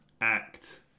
act